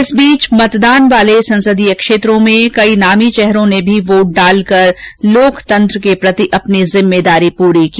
इस बीच मतदान वाले संसदीय क्षेत्रों में कई नामी चेहरों ने भी वोट डालकर लोकतंत्र के प्रति अपनी जिम्मेदारी पूरी की